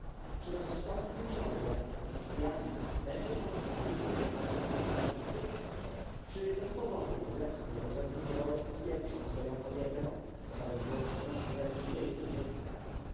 rozsądny książę egipcjanin będzie po nocy włóczył się do świątyni fenickiej czy bez powodu zepchnie do rzędu niewolnic pierwszą swoją kobietę co nawet było przyczyną śmierci jej i dziecka